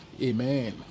amen